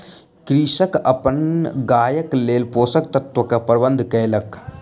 कृषक अपन गायक लेल पोषक तत्व के प्रबंध कयलक